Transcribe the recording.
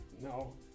No